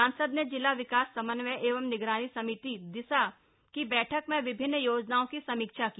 सांसद ने जिला विकास समन्वय एवं निगरानी समिति दिशा की बैठक में विभिन्न योजनाओं की समीक्षा की